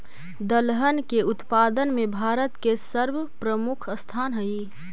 दलहन के उत्पादन में भारत के सर्वप्रमुख स्थान हइ